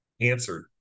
answered